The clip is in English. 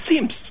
seems